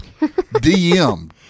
DM